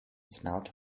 smelt